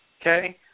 okay